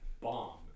bomb